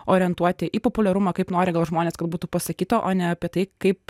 orientuoti į populiarumą kaip nori gal žmonės kad būtų pasakyta o ne apie tai kaip